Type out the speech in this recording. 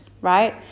Right